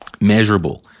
Measurable